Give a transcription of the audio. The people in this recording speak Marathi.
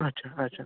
अच्छा अच्छा